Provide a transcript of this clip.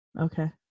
Okay